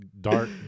dark